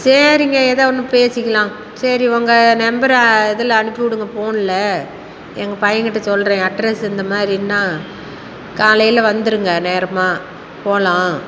சரிங்கய்யா எதாது ஒன்று பேசிக்கலாம் சரி உங்கள் நம்பரை இதில் அனுப்பிவுடுங்க ஃபோனில் எங்கள் பையன்கிட்ட சொல்கிறேன் அட்ரஸ் இந்த மாதிரின்னா காலையில் வந்துருங்க நேரமாக போகலாம்